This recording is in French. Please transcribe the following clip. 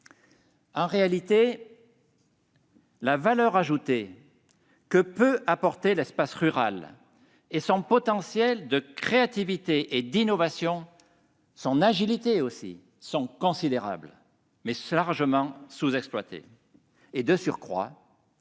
En réalité, la valeur ajoutée que peuvent apporter l'espace rural et son potentiel de créativité, d'innovation et d'agilité est considérable, mais largement sous-exploitée. De surcroît,